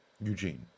Eugene